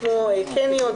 כמו קניון,